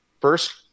first